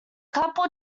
couple